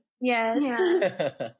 yes